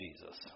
Jesus